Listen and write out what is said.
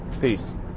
Peace